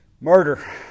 Murder